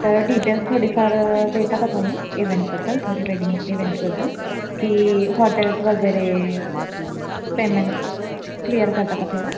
तर डिटेल्स थोडीफार देता का तुम्ही इवेंटबद्दल थोडी वेडिंग इवेंट्सबद्दल की हॉटेल्स वगैरे पेमेंट्स क्लिअर करता का थोडं